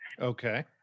Okay